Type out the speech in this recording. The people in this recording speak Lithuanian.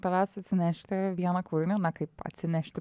tavęs atsinešti vieną kūrinį na kaip atsinešti